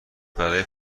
برای